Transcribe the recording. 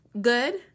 good